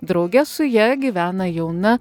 drauge su ja gyvena jauna